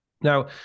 Now